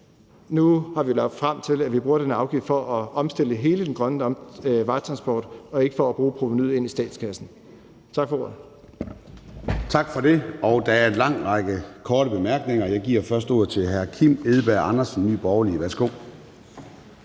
Nu har vi lagt op til, at vi bruger den her afgift til at omstille hele den grønne vejtransport og ikke for at få provenuet ind i statskassen. Tak for ordet. Kl. 11:21 Formanden (Søren Gade): Tak for det, og der er en lang række korte bemærkninger. Jeg giver først ordet til hr. Kim Edberg Andersen, Nye Borgerlige. Værsgo.